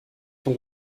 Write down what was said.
vom